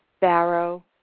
Barrow